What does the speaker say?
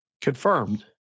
Confirmed